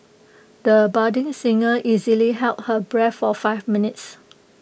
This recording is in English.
the budding singer easily held her breath for five minutes